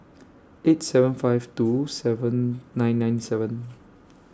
eight seven five two seven nine nine seven